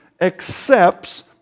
accepts